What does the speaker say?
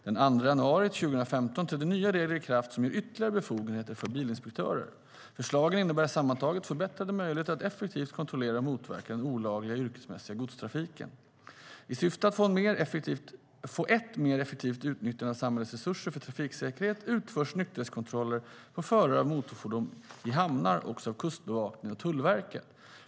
Den 2 januari 2015 trädde nya regler i kraft som ger ytterligare befogenheter för bilinspektörer. Förslagen innebär sammantaget förbättrade möjligheter att effektivt kontrollera och motverka den olagliga yrkesmässiga godstrafiken.I syfte att få ett mer effektivt utnyttjande av samhällets resurser för trafiksäkerhet utförs nykterhetskontroller på förare av motorfordon i hamnar också av Kustbevakningen och Tullverket.